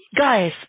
Guys